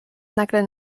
nagle